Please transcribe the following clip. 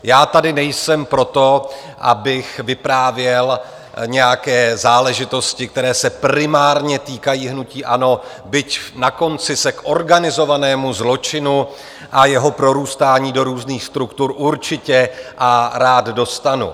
Já tady nejsem proto, abych vyprávěl nějaké záležitosti, které se primárně týkají hnutí ANO, byť na konci se k organizovanému zločinu a jeho prorůstání do různých struktur určitě a rád dostanu.